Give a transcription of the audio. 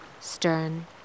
stern